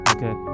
Okay